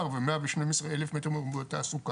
ומאה ושניים עשרה אלף מטר מרובע תעסוקה.